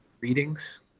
readings